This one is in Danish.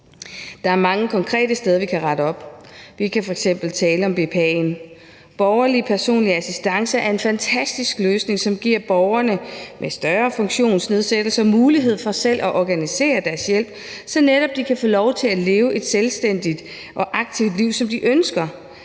Der er mange konkrete steder, vi kan rette op. Vi kan f.eks. tale om BPA'en. Borgerstyret personlig assistance er en fantastisk løsning, som giver borgere med større funktionsnedsættelse mulighed for selv at organisere deres hjælp, så de netop kan få lov til at leve det selvstændige og aktive liv, som de ønsker.